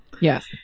Yes